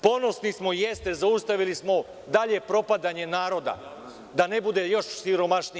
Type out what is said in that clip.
Ponosni smo, jeste, zaustavili smo dalje propadanje naroda, da ne bude još siromašniji.